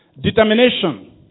determination